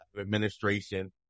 administration